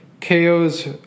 KOs